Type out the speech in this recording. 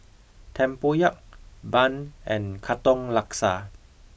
tempoyak Bun and katong laksa